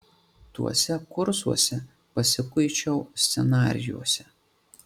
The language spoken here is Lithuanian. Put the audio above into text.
tuose kursuose pasikuičiau scenarijuose